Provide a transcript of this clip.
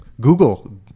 Google